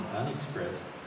unexpressed